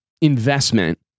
investment